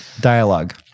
Dialogue